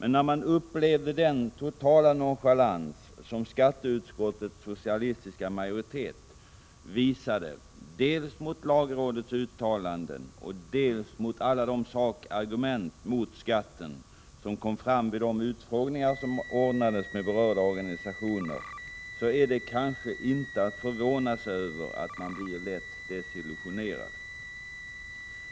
När man upplevde den totala nonchalans som skatteutskottets socialistiska majoritet visade dels mot lagrådets uttalanden, dels mot alla de sakargument mot skatten som kom fram vid de utfrågningar som ordnades med berörda organisationer, är det kanske inte att förvåna sig över att man blir lätt desillusionerad.